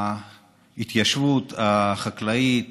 ההתיישבות החקלאית